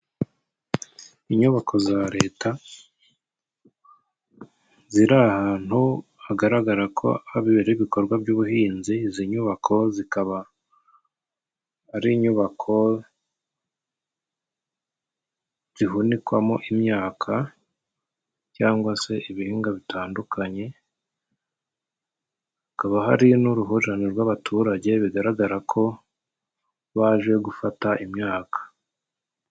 Inyubako za leta ziri ahantu hagaragara ko habera ibikorwa by'ubuhinzi, izi nyubako zikaba ari inyubako zihunikwamo imyaka cyangwa se ibihingwa bitandukanye, hakaba hari n'uruhurirane rw'abaturage bigaragara ko baje gufata imyaka.